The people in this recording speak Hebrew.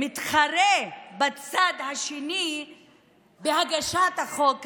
מתחרה בצד השני בהגשת החוק הזה.